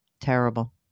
Terrible